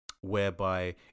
whereby